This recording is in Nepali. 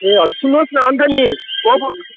ए हजुर सुन्नुहोस् न अन्त नि